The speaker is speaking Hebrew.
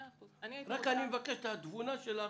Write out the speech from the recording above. אבל אני מבקש שבתבונתך,